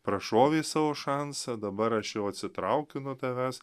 prašovei savo šansą dabar aš jau atsitraukiu nuo tavęs